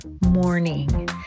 morning